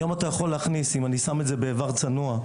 היום אתה יכול להכניס אם אני שם רימון עשן באיבר צנוע,